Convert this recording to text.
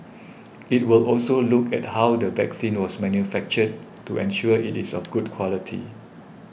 it will also look at how the vaccine was manufactured to ensure it is of good quality